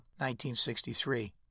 1963